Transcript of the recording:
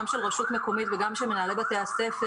גם של רשות מקומית וגם של מנהלי בתי הספר,